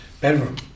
bedroom